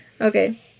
Okay